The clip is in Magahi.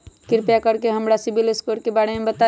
कृपा कर के हमरा सिबिल स्कोर के बारे में बताई?